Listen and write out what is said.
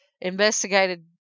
Investigated